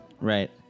Right